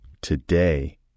Today